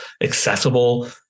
accessible